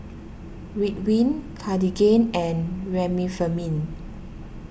Ridwind Cartigain and Remifemin